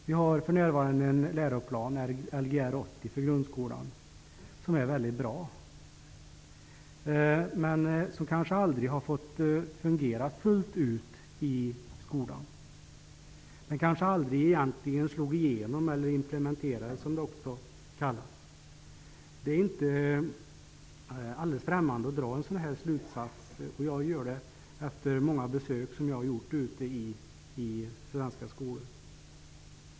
Vi har för närvarande en läroplan för grundskolan -- Lgr 80 -- som är väldigt bra men som kanske aldrig har fått fungera fullt ut i skolan. Den kanske aldrig helt slog igenom eller implementerades, som det också kallas. Det är inte alldeles främmande för mig att dra en sådan slutsats, och jag gör det efter många besök som jag har gjort i svenska skolor.